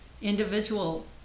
individual